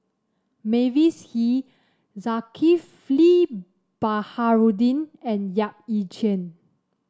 Mavis Hee Zulkifli Baharudin and Yap Ee Chian